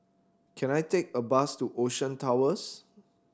can I take a bus to Ocean Towers